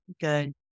good